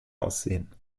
aussehen